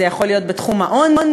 זה יכול להיות בתחום העוני,